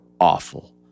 awful